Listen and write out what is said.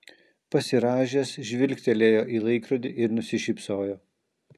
pasirąžęs žvilgtelėjo į laikrodį ir nusišypsojo